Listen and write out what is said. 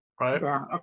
right